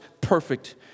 perfect